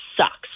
sucks